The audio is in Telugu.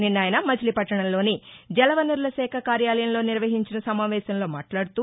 నిన్న అయన మచిలీపట్టణంలోని జలవనరుల శాఖ కార్యాలయంలో నిర్వహించిన సమావేశంలో ఆయన మాట్లాడుతూ